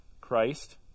Christ